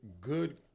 good